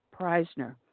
Preisner